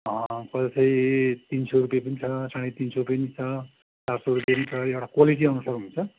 कसै तिन सौ रुपियाँ पनि छ साढे तिन सौ पनि छ चार सौ रुपियाँ नि छ एउटा क्वालिटी अनुसार हुन्छ